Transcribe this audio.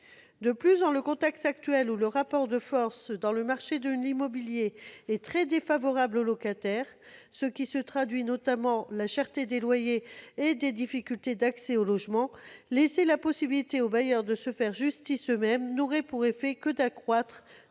De plus, dans le contexte actuel, où le rapport de force sur le marché de l'immobilier est très défavorable au locataire, ce qui se traduit, notamment, par la cherté des loyers et des difficultés d'accès au logement, laisser la possibilité aux bailleurs de se faire justice eux-mêmes n'aurait pour effet que d'accroître